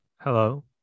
Hello